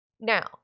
Now